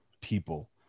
people